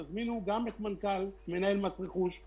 תזמינו גם את מנהל מס רכוש,